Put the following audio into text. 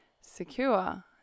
secure